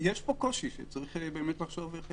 יש פה קושי שצריך לחשוב איך